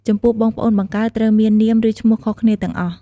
ចំពោះបងប្អូនបង្កើតត្រូវមាននាម ឬឈ្មោះខុសគ្នាទាំងអស់។